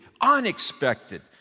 unexpected